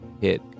hit